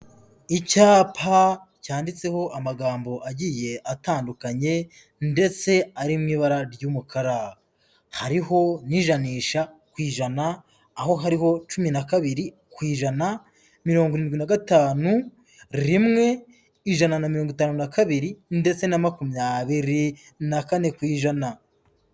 Icyapa cyanditseho amagambo agiye atandukanye ndetse ari mu ibara ry'umukara, hariho n'ijanisha ku ijana, aho hariho cumi na kabiri ku ijana, mirongo irindwi na gatanu, rimwe, ijana na mirongo itanu na kabiri ndetse na makumyabiri na kane ku ijana.